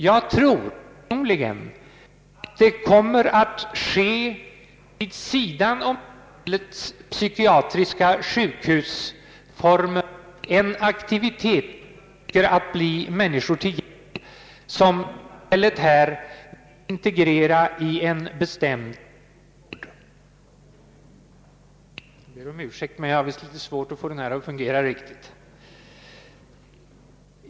Jag tror personligen att det vid sidan om samhällets psykiatriska sjukhusformer kommer att försiggå en aktivitet avsedd att bli människor till hjälp, vilka samhället här vill integrera i en bestämd vårdform.